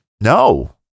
no